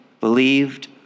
believed